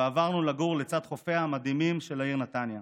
ועברנו לגור לצד חופיה המדהימים של העיר נתניה.